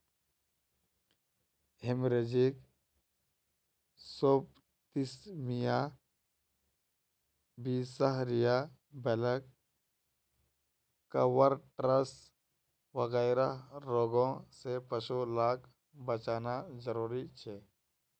haemorrhagic septicaemia, बीसहरिया, black quarters वगैरह रोगों से पशु लाक बचाना ज़रूरी छे